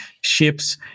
ships